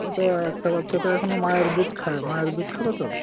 ও তো একটা বাচ্চা তো এখনও মায়ের দুধ খায় মায়ের দুধ খাবে তো